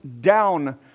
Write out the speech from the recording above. down